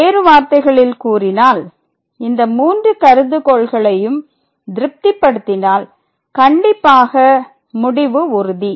வேறு வார்த்தைகளில் கூறினால் இந்த 3 கருதுகோள்களையும் திருப்தி படுத்தினால் கண்டிப்பாக முடிவு உறுதி